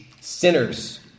sinners